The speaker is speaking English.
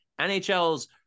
NHL's